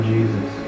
Jesus